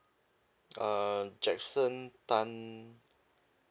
err jackson tan